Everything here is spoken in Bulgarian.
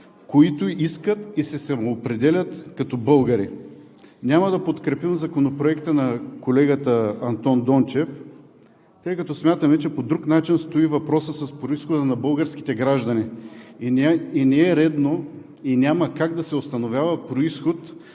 които искат и се самоопределят като българи. Няма да подкрепим Законопроекта на колегата Андон Дончев, тъй като смятаме, че по друг начин стои въпросът с произхода на българските граждани. Не е редно и няма как да се установява произход